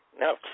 No